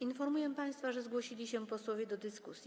Informuję państwa, że zgłosili się posłowie do dyskusji.